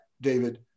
David